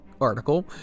article